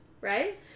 right